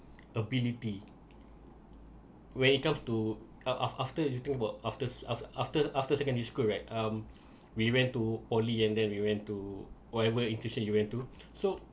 ability when it comes to af~ af~ after you think about after after after after secondary school right um we went to poly and then we went to whatever institution you went to so